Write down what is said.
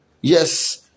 yes